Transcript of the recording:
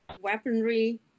weaponry